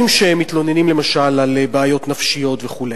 שמתלוננים למשל על בעיות נפשיות וכו'.